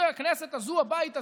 הכנסת הזאת, הבית הזה,